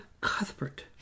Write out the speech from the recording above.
Cuthbert